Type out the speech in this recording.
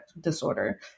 disorder